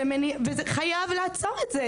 חייב לעצור את זה.